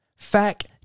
Fact